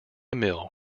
mill